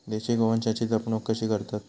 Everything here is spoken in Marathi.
देशी गोवंशाची जपणूक कशी करतत?